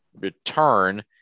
return